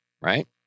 right